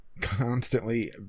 constantly